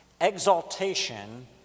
exaltation